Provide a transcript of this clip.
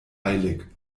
eilig